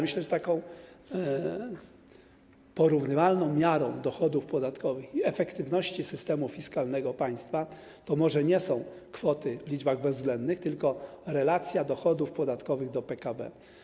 Myślę, że porównywalną miarą dochodów podatkowych i efektywności systemu fiskalnego państwa nie są może kwoty w liczbach bezwzględnych, tylko relacja dochodów podatkowych do PKB.